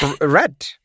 red